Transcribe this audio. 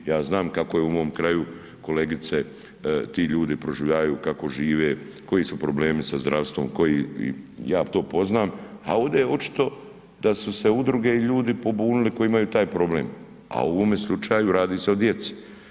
Ja znam kako je u mom kraju, kolegice, ti ljudi proživljavaju, kako žive, koji su problemi sa zdravstvom, koji, ja to poznam a ovdje je očito da su se udruge i ljudi pobunili koji imaju taj problem a u ovome slučaju radi se o djeci.